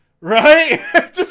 right